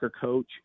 coach